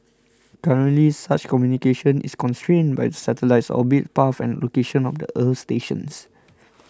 currently such communication is constrained by the satellite's orbit path and the location of the earth stations